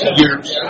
years